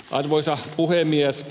arvoisa puhemies